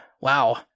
Wow